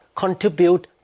contribute